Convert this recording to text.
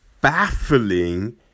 baffling